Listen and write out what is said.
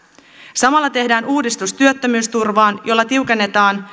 samalla tehdään uudistus työttömyysturvaan jolla tiukennetaan